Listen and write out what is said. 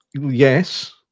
Yes